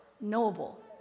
knowable